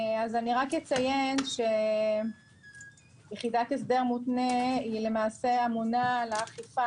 אני רק אציין שיחידת הסדר מותנה למעשה אמונה על האכיפה